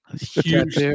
Huge